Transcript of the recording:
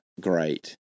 great